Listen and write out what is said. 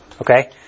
Okay